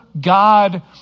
God